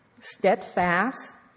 steadfast